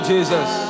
Jesus